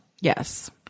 Yes